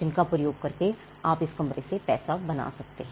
जिनका प्रयोग करके आप इस कमरे से पैसा बना सकते हैं